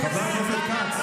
חבר הכנסת כץ.